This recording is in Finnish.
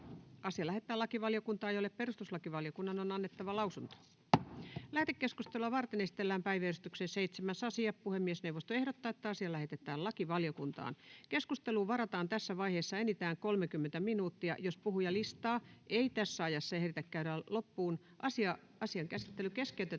rikoslain 25 luvun 3 §:n muuttamisesta Time: N/A Content: Lähetekeskustelua varten esitellään päiväjärjestyksen 7. asia. Puhemiesneuvosto ehdottaa, että asia lähetetään lakivaliokuntaan. Keskusteluun varataan tässä vaiheessa enintään 30 minuuttia. Jos puhujalistaa ei tässä ajassa ehditä käydä loppuun, asian käsittely keskeytetään